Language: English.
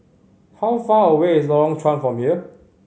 how far away is Lorong Chuan from here